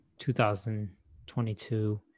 2022